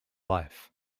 life